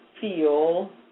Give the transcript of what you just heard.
feel